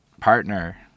partner